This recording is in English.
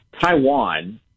Taiwan